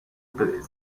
prese